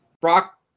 Brock